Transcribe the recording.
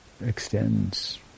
extends